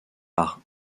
par